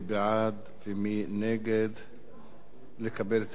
מי בעד ומי נגד לקבל את